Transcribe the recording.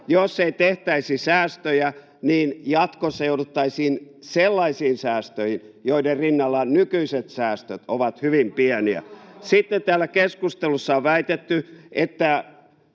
jos ei tehtäisi säästöjä, niin jatkossa jouduttaisiin sellaisiin säästöihin, joiden rinnalla nykyiset säästöt ovat hyvin pieniä. Sitten täällä keskustelussa on väitetty, että